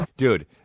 Dude